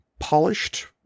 polished